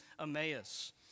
Emmaus